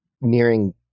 nearing